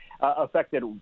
affected